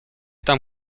tam